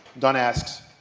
don asks,